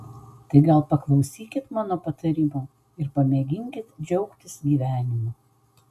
tai gal paklausykit mano patarimo ir pamėginkit džiaugtis gyvenimu